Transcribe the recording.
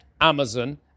Amazon